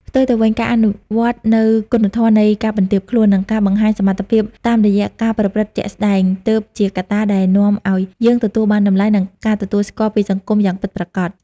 ផ្ទុយទៅវិញ ការអនុវត្តនូវគុណធម៌នៃការបន្ទាបខ្លួន និងការបង្ហាញសមត្ថភាពតាមរយៈការប្រព្រឹត្តជាក់ស្ដែង ទើបជាកត្តាដែលនាំឱ្យយើងទទួលបានតម្លៃ និងការទទួលស្គាល់ពីសង្គមយ៉ាងពិតប្រាកដ។